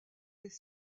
des